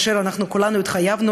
וכולנו התחייבנו